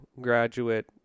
graduate